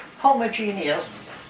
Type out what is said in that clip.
homogeneous